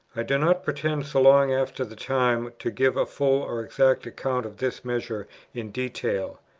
i do not pretend, so long after the time, to give a full or exact account of this measure in detail.